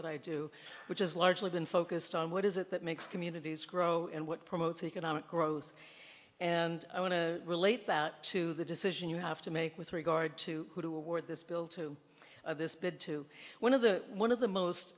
that i do which is largely been focused on what is it that makes communities grow and what promotes economic growth and i want to relate that to the decision you have to make with regard to who wore this bill to this bid to one of the one of the most